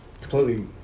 Completely